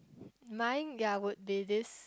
mine ya would be this